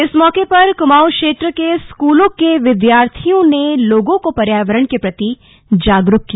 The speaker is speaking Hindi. इस मौके पर कुमाऊं क्षेत्र की स्कूलों के विद्यार्थियों ने लोगों को पर्यावरण के प्रति जागरूक किया